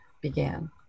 began